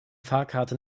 fahrkarte